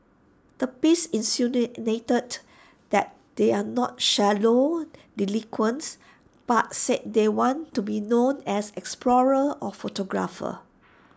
the piece insinuated that they are not shallow delinquents but said they want to be known as explorers or photographers